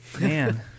man